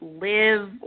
live